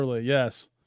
yes